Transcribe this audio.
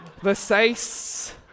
Versace